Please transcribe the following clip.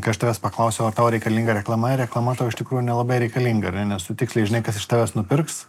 kai aš tavęs paklausiau ar tau reikalinga reklama reklama tau iš tikrųjų nelabai reikalinga ar ne nes tu tiksliai žinai kas iš tavęs nupirks